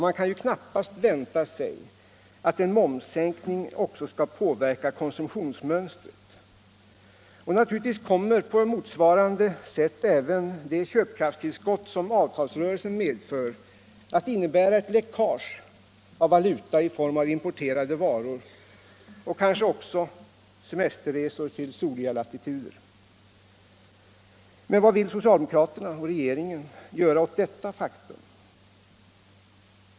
Man kan ju knappast vänta sig att en momssänkning påverkar också konsumtionsmönstret, och naturligtvis kommer på motsvarande sätt även det köpkraftstillskott som avtalsrörelsen medför att innebära ett läckage av valuta i form av importerade varor och kanske också semesterresor till soliga latituder. Men vad vill socialdemokraterna och regeringen göra åt detta faktum?